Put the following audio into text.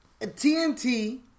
TNT